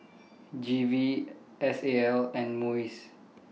G V S A L and Muis